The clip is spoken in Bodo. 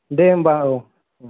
दे होमब्ला औ ओं